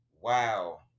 Wow